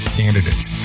candidates